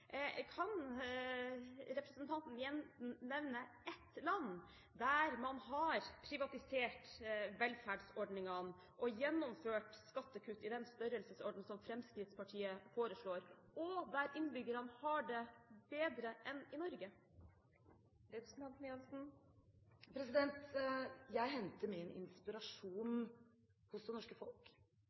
Kan representanten Jensen nevne ett land der man har privatisert velferdsordningene og gjennomført skattekutt i den størrelsesordenen som Fremskrittspartiet foreslår, og der innbyggerne har det bedre enn i Norge? Jeg henter min inspirasjon hos det norske folk,